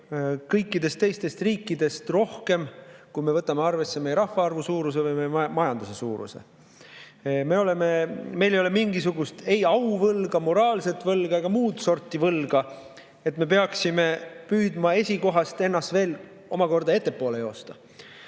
kõikidest teistest riikidest rohkem, kui me võtame arvesse meie rahvaarvu suuruse või meie majanduse suuruse. Meil ei ole mingisugust ei auvõlga, moraalset võlga ega muud sorti võlga, et me peaksime püüdma ennast esikohast veel ettepoole joosta. Ma